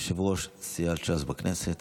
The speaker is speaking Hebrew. יושב-ראש סיעת ש"ס בכנסת.